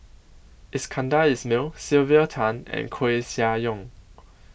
Iskandar Ismail Sylvia Tan and Koeh Sia Yong